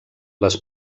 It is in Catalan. les